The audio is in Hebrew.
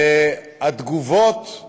חלק מהתגובות על